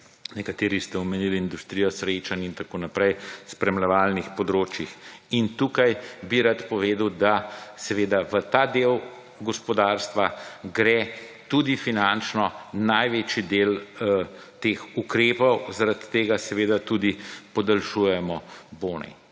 nekateri ste omenili industrijo srečanj in tako naprej, spremljevalnih področjih. In tukaj bi rad povedal da, seveda, v ta del gospodarstva gre tudi finančno največji del teh ukrepov, zaradi tega seveda tudi podaljšujemo bone